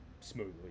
smoothly